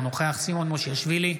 אינו נוכח סימון מושיאשוילי,